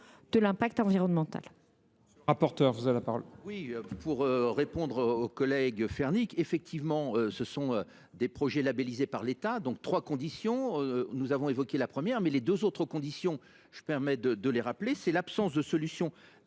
de l’impact environnemental.